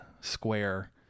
square